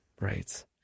Right